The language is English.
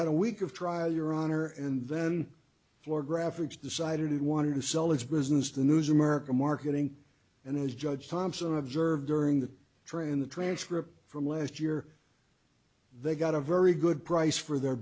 had a week of trial your honor and then floor graphics decided it wanted to sell its business the news america marketing and as judge thompson observed during the train the transcript from last year they got a very good price for their